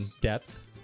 depth